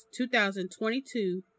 2022